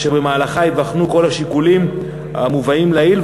אשר במהלכה ייבחנו כל השיקולים המובאים לעיל.